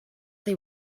they